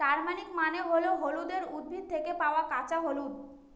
turmeric মানে হল হলুদের উদ্ভিদ থেকে পাওয়া কাঁচা হলুদ